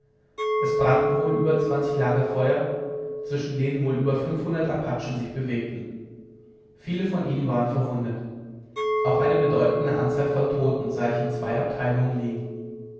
es brannten wohl über zwanzig lagerfeuer zwischen denen wohl über fünfhundert apachen sich bewegten viele von ihnen waren verwundet auch eine bedeutende anzahl von toten sah ich in zwei abteilungen liegen